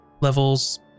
levels